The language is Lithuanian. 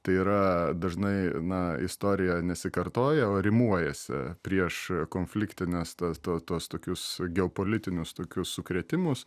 tai yra dažnai na istorija nesikartoja o rimuojasi prieš konfliktines ta ta tuos tokius geopolitinius tokius sukrėtimus